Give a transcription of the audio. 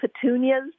petunias